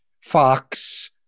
Fox